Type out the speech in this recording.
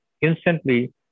instantly